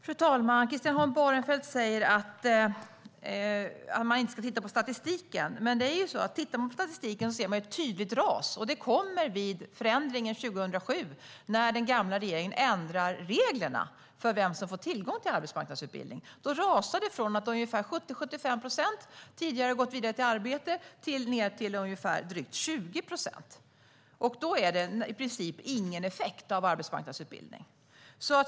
Fru talman! Christian Holm Barenfeld säger att man inte ska titta på statistiken. Tittar man på statistiken ser man ett tydligt ras. Det kommer vid förändringen 2007 när den gamla regeringen ändrar reglerna för vem som får tillgång till arbetsmarknadsutbildning. Då rasar det från att 70-75 procent tidigare har gått vidare till arbete ned till drygt 20 procent. Då är det i princip ingen effekt av arbetsmarknadsutbildning.